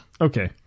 Okay